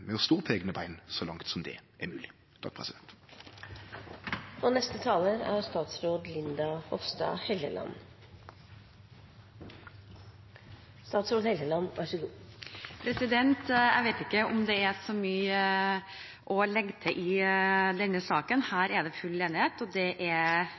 med å stå på eigne bein så langt som det er mogleg. Jeg vet ikke om det er så mye å legge til i denne saken. Her er det full enighet, og det er gledelig. Regjeringen ønsker å tilrettelegge for en politikk som bidrar til